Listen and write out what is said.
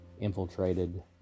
infiltrated